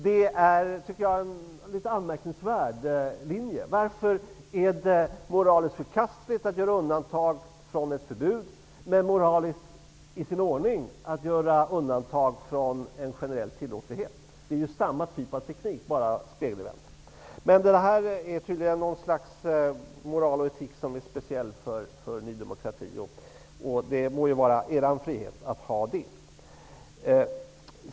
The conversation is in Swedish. Det är, tycker jag, en litet anmärkningsvärd linje. Varför är det moraliskt förkastligt att göra undantag från ett förbud men moraliskt i sin ordning att göra undantag från en generell tillåtlighet? Det är ju samma typ av teknik, bara spegelvänd. Men det här är tydligen något slags moral och etik som är speciell för Ny demokrati, och det må vara er frihet att ha det.